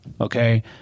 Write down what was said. Okay